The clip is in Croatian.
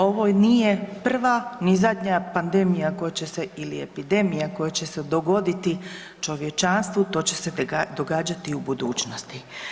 Ovo nije prva ni zadnja pandemija koja će se ili epidemija koja će se dogoditi čovječanstvu, to će se događati i u budućnosti.